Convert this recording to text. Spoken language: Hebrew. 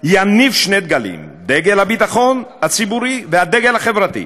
יניף שני דגלים: דגל הביטחון הציבורי והדגל החברתי.